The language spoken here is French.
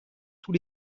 tous